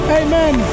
amen